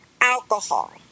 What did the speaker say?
alcohol